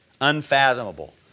unfathomable